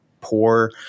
poor